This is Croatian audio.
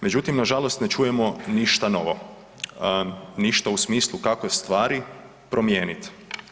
Međutim, nažalost ne čujemo ništa novo, ništa u smislu kako stvari promijenit.